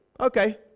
Okay